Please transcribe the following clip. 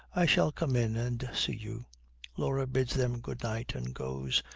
i shall come in and see you laura bids them good-night and goes.